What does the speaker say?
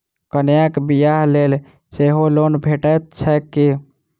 कन्याक बियाह लेल सेहो लोन भेटैत छैक की?